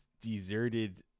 deserted